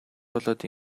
болоод